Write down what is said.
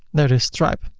there it is. stripe.